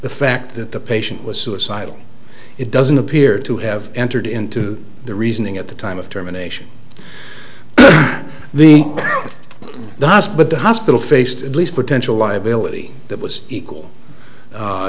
the fact that the patient was suicidal it doesn't appear to have entered into the reasoning at the time of terminations the last but the hospital faced at least potential liability that was equal